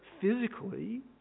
physically